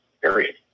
period